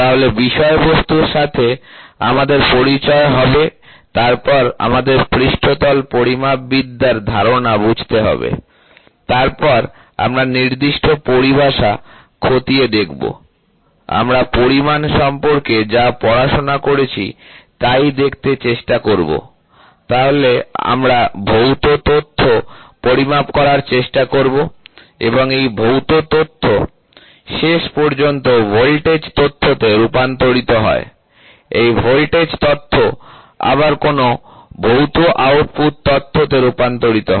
তাহলে বিষয়বস্তুর সাথে আমাদের পরিচয় হবে তারপর আমাদের পৃষ্ঠতল পরিমাপ বিদ্যার ধারণা বুঝতে হবে তারপর আমরা নির্দিষ্ট পরিভাষা খতিয়ে দেখব আমরা পরিমাপ সম্পর্কে যা পড়াশোনা করেছি তাই দেখতে চেষ্টা করবো তাহলে আমরা ভৌত তথ্য পরিমাপ করার চেষ্টা করব এবং এই ভৌত তথ্য শেষ পর্যন্ত ভোল্টেজ তথ্যতে রূপান্তরিত হয় এই ভোল্টেজ তথ্য আবার কোন ভৌত আউটপুট তথ্যতে রূপান্তরিত হয়